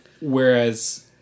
whereas